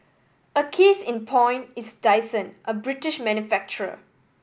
a case in point is Dyson a British manufacturer